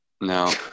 No